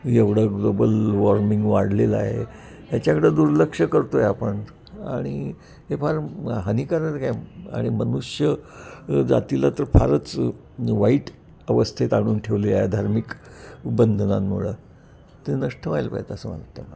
एवढं global warming वाढलेलं आहे ह्याच्याकडं दुर्लक्ष करतो आहे आपण आणि हे फार हानीकारक आहे आणि मनुष्य जातीला तर फारच वाईट अवस्थेत आणून ठेवलं आहे धार्मिक बंधनांमुळं ते नष्ट व्हायला पायेत असं वाटत आहे मला